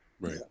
right